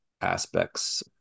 aspects